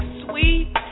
sweet